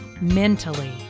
mentally